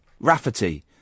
Rafferty